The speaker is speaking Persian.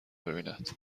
ببیند